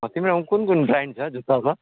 तिम्रोमा कुन कुन ब्रान्ड छ जुत्ताको